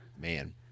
man